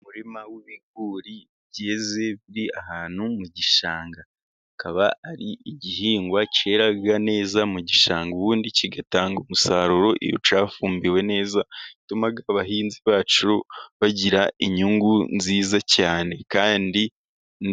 Umurima w'ibigori byezi uri ahantu mu gishanga, kikaba ari igihingwa cyera neza mu gishanga ubundi kigatanga umusaruro iyo cyafumbiwe neza. Gituma abahinzi bacyo bagira inyungu nziza cyane kandi